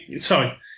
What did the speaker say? Sorry